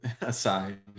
aside